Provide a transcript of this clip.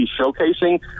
showcasing